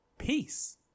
peace